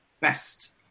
best